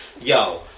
yo